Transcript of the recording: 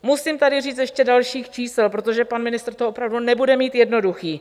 Musím tady říct ještě další čísla, protože pan ministr to opravdu nebude mít jednoduché.